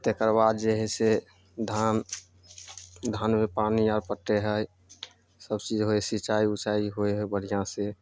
तकर बाद जे हइ से धान धानमे पानि आर पटय हइ सब चीज होइ सिंचाइ उँचाइ होइ हइ बढ़िआँसँ